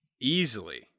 Easily